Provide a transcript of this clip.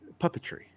Puppetry